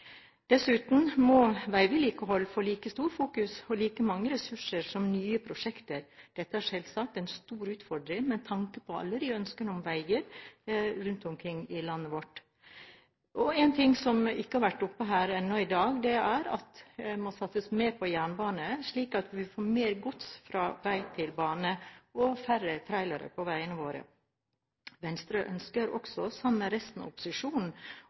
Dessuten må veivedlikehold få like stort fokus og like mange ressurser som nye store prosjekter. Dette er selvsagt en stor utfordring med tanke på alle ønsker om veier rundt om i landet vårt. En ting som ikke har vært oppe her ennå i dag, er at det må satses mer på jernbane, slik at vi får mer gods fra vei til bane og færre trailere på veiene våre. Venstre ønsker også, sammen med resten av opposisjonen,